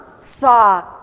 saw